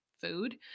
food